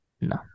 No